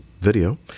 video